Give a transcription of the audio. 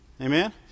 Amen